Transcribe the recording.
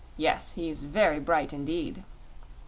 yes, he's very bright indeed.